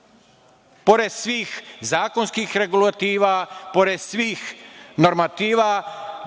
jasno. Pored svih zakonskih regulativa, pored svih normativa,